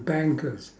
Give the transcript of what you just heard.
bankers